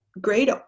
great